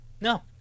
No